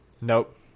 Nope